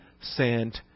sent